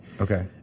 Okay